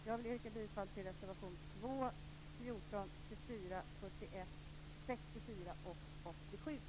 Jag vill yrka bifall till reservationerna 2, 14, 24,